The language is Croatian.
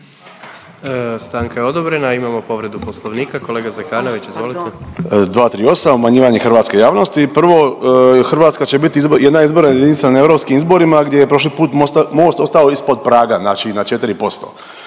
Stanka je odobrena. Imamo povredu Poslovnika kolega Zekanović, izvolite. **Zekanović, Hrvoje (HDS)** 238. obmanjivanje hrvatske javnosti. Prvo Hrvatska će biti jedna izborna jedinica na europskim izborima gdje je prošli put MOST ostao ispod praga, znači na 4%.